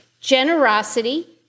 generosity